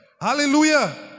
Hallelujah